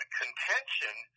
contention